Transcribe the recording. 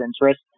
interest